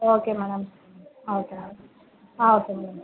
okay madam ah okay madam ah okay madam